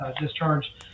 discharge